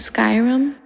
Skyrim